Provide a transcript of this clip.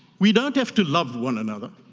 we don't have to love one another,